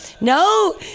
No